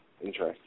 interesting